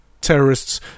terrorists